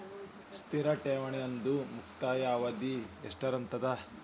ಸ್ಥಿರ ಠೇವಣಿದು ಮುಕ್ತಾಯ ಅವಧಿ ಎಷ್ಟಿರತದ?